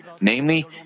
Namely